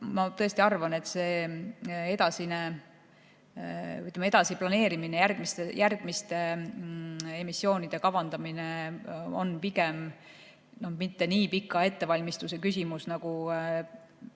ma tõesti arvan, et edasine planeerimine ja järgmiste emissioonide kavandamine ei ole pigem mitte nii pika ettevalmistuse küsimus, nagu